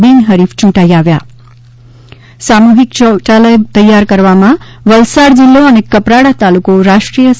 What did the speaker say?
બિન હરીફ ચૂંટાઈ આવ્યા સામૂહિક શૌચાલય તૈયાર કરવામાં વલસાડ જિલ્લો અને કપરાડા તાલુકો રાષ્ટ્રીય સ્તરે